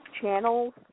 channels